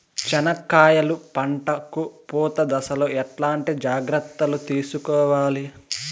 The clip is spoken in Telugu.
చెనక్కాయలు పంట కు పూత దశలో ఎట్లాంటి జాగ్రత్తలు తీసుకోవాలి?